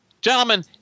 Gentlemen